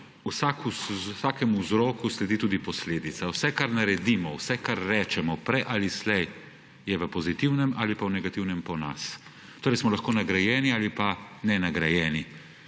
vsakemu vzroku sledi tudi posledica. Vse, kar naredimo, vse, kar rečemo, prej ali slej je v pozitivnem ali pa v negativnem po nas, torej smo lahko nagrajeni ali pa ne nagrajeni.